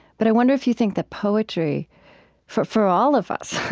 but i wonder if you think that poetry for for all of us